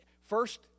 first